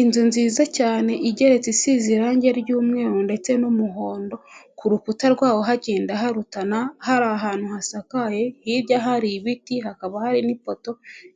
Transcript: Inzu nziza cyane igeretse isize irange ry'umweru ndetse n'umuhondo, ku rukuta rwawo hagenda harutana hari ahantu hasakaye, hirya hari ibiti hakaba hari n'ipoto